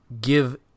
give